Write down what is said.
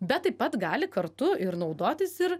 bet taip pat gali kartu ir naudotis ir